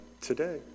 today